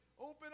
Open